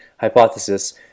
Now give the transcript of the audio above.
hypothesis